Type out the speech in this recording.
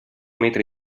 metri